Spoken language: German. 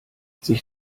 sich